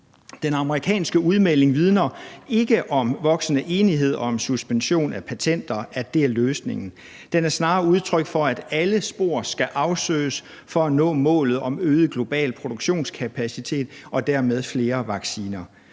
Den amerikanske udmelding vidner ikke om voksende enighed om, at suspension af patenter er løsningen. Den er snarere udtryk for, at alle spor skal afsøges for at nå målet om øget global produktionskapacitet og dermed flere vacciner.